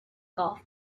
golf